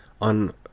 on